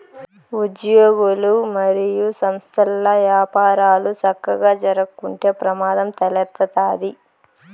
ఉజ్యోగులు, మరియు సంస్థల్ల యపారాలు సక్కగా జరక్కుంటే ప్రమాదం తలెత్తతాది